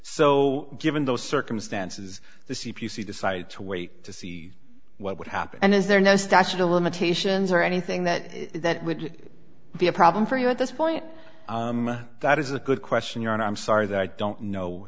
so given those circumstances the c p c decided to wait to see what would happen and is there no statute of limitations or anything that that would be a problem for you at this point that is a good question your honor i'm sorry that i don't know